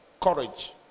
courage